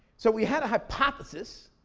so we had a hypothesis,